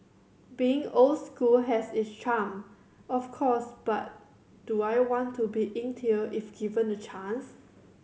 being old school has its charm of course but do I want to be inked here if given the chance